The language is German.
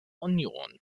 union